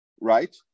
right